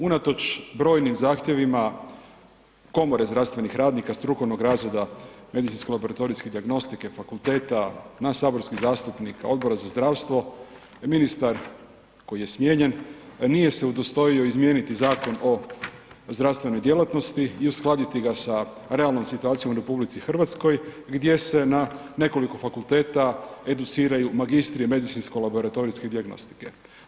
Unatoč brojnim zahtjevima Komore zdravstvenih radnika strukovnog razreda medicinsko-laboratorijske dijagnostike, fakulteta, nas saborskih zastupnika, Odbora za zdravstvo ministar koji je smijenjen nije se udostojio izmijeniti Zakon o zdravstvenoj djelatnosti i uskladiti ga sa realnom situacijom u Republici Hrvatskoj gdje se na nekoliko fakulteta educiraju magistri medicinsko-laboratorijske dijagnostike.